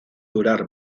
durar